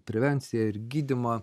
prevenciją ir gydymą